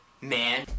man